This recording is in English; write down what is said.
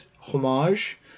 homage